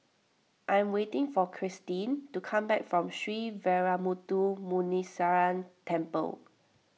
I am waiting for Kirstin to come back from Sree Veeramuthu Muneeswaran Temple